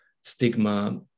stigma